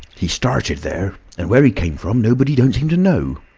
he started there. and where he came from, nobody don't seem to know.